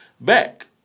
Back